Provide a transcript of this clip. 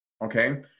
Okay